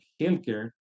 healthcare